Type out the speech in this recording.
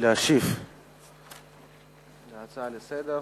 להשיב על ההצעה לסדר-היום,